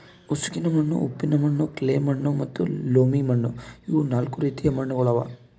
ಉಸುಕಿನ ಮಣ್ಣು, ಉಪ್ಪಿನ ಮಣ್ಣು, ಕ್ಲೇ ಮಣ್ಣು ಮತ್ತ ಲೋಮಿ ಮಣ್ಣು ಇವು ನಾಲ್ಕು ರೀತಿದು ಮಣ್ಣುಗೊಳ್ ಅವಾ